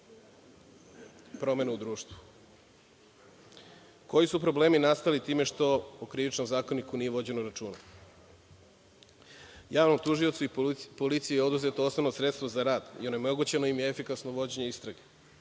promene u društvu. Koji su problemi nastali time što o Krivičnom zakoniku nije vođeno računa? Javnom tužiocu i policiji je oduzeto osnovno sredstvo za rad i onemogućeno im je efikasno vođenje istrage.